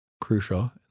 crucial